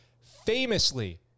famously